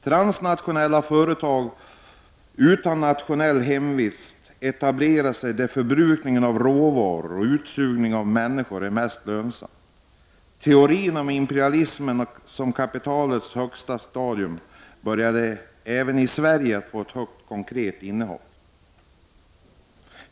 Transnationella företag utan nationell hemvist etablerar sig där det är mest lönsamt med förbrukning av råvaror och utsugning av människor. Teorin om imperialismen som kapitalets högsta stadium börjar få ett högst konkret innehåll även i Sverige.